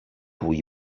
cui